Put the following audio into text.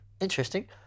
Interesting